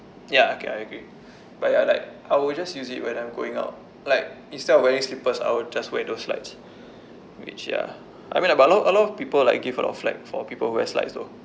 ya okay I agree but ya like I will just use it when I'm going out like instead of wearing slippers I would just wear those slides which ya I mean but a lot a lot of people like give a lot of flak for people who wear slides though